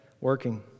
working